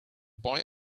boy